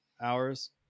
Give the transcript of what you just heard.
hours